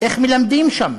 איך מלמדים שם.